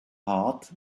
heart